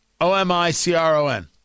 O-M-I-C-R-O-N